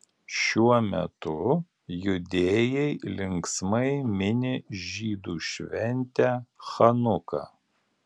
šiuo metu judėjai linksmai mini žydų šventę chanuką